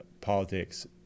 politics